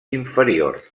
inferior